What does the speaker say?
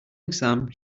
exam